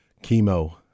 chemo